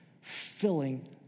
filling